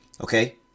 Okay